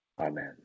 Amen